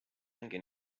ongi